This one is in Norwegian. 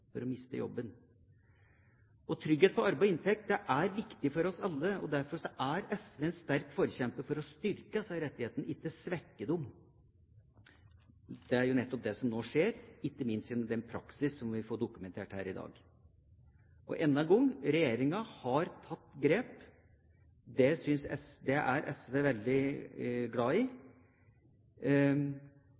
for å miste jobben. Trygghet for arbeid og inntekt er viktig for oss alle. Derfor er SV en sterk forkjemper for å styrke disse rettighetene, ikke svekke dem. Det er jo nettopp det som nå skjer, ikke minst gjennom den praksis som vi får dokumentert her i dag. Enda en gang: Regjeringa har tatt grep. Det er SV veldig glad